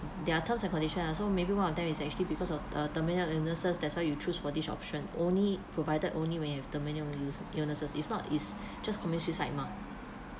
there are terms and condition ah so maybe one of them is actually because of uh terminal illnesses that's why you choose for this option only provided only when you have terminal use illnesses if not it's just commit suicide mah